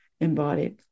embodied